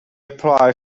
apply